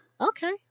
okay